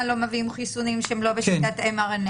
לא מביאים חיסונים שהם לא בשיטת mRNA.